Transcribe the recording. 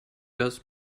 das